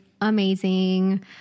amazing